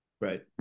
Right